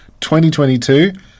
2022